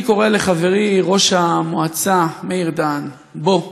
אני קורא לחברי ראש המועצה מאיר דהן: בוא,